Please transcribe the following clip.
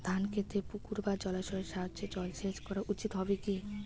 ধান খেতে পুকুর বা জলাশয়ের সাহায্যে জলসেচ করা উচিৎ হবে কি?